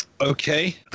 Okay